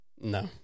No